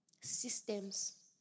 Systems